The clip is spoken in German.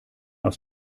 aus